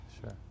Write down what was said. Sure